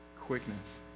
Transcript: quickness